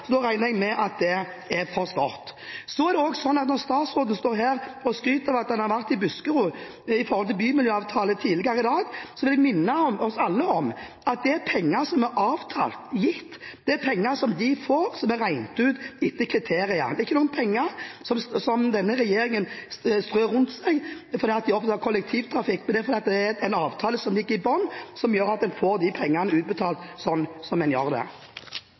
så da regner jeg med at det er forstått. Så skryter statsråden av at han har vært i Buskerud i forbindelse med en bymiljøavtale tidligere i dag. Da vil jeg minne alle om at dette er penger som er avtalt å gi, dette er penger som de får, som er regnet ut etter kriterier. Dette er ikke penger som denne regjeringen strør rundt seg fordi det har blitt jobbet med kollektivtrafikk, men det er fordi det er en avtale som ligger i bunnen, som gjør at en får disse pengene utbetalt. Regjeringa vil byggje landet. Dette er eit av dei åtte satsingsområda i regjeringsplattforma. I erklæringa står det: